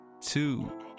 two